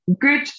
good